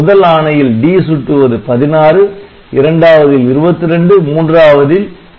முதல் ஆணையில் 'd' சுட்டுவது 16 இரண்டாவதில் 22 மூன்றாவதில் 0